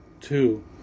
two